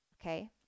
Okay